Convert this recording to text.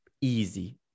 easy